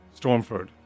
Stormford